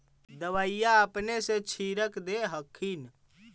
दबइया अपने से छीरक दे हखिन?